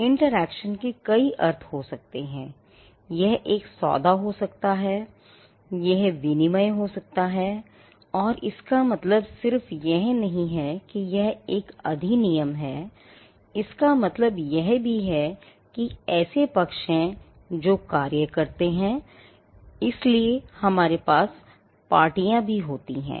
तो एक इंटरैक्शन हो सकता है और इसका मतलब सिर्फ़ यह नहीं है कि एक अधिनियम है इसका मतलब यह भी है कि ऐसे पक्ष हैं जो कार्य करते हैं इसलिए हमारे पास पार्टियां भी हैं